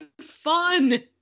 fun